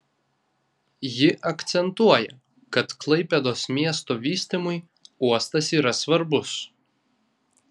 ji akcentuoja kad klaipėdos miesto vystymui uostas yra svarbus